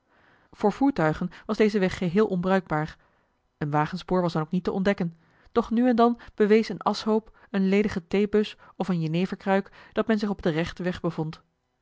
voor voertuigen was deze weg geheel onbruikbaar een wagenspoor was dan ook niet te ontdekken doch nu en dan bewees een aschhoop eene ledige theebus of eene jeneverkruik dat men zich op den rechten weg